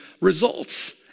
results